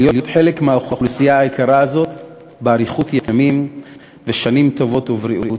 להיות חלק מהאוכלוסייה היקרה הזאת באריכות ימים ושנים טובות ובריאות.